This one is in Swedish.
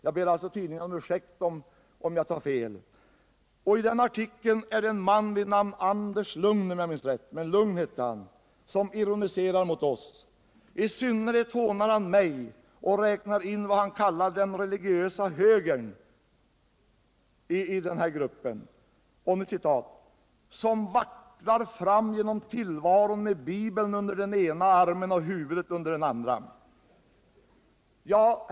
Jag ber tidningen om ursäkt, om jag tar fel. I den artikeln är det en man vid namn Anders Lugn, om jag minns rätt, som ironiserar mot oss. I synnerhet hånar han mig och menar att i vad han kallar den religiösa högern, där ”vacklar man fram genom tillvaron med Bibeln under ena armen och huvudet under den andra”.